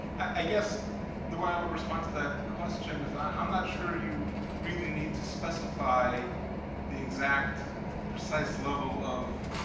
i guess the way i would respond to that question is i'm not sure you really need to specify the exact precise level of,